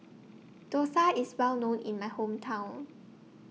Dosa IS Well known in My Hometown